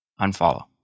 unfollow